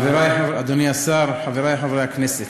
אדוני השר, חברי חברי הכנסת,